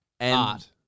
Art